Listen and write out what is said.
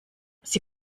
sie